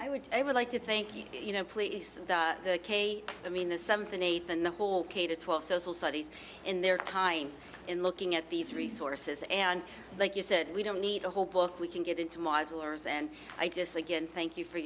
i would i would like to think you know police came i mean the seventh and eighth in the whole k to twelve social studies in their time in looking at these resources and like you said we don't need a whole book we can get into modulars and i just again thank you for